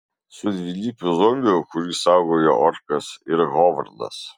su dvilypiu zombiu kurį saugojo orkas ir hovardas